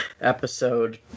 episode